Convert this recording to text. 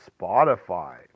Spotify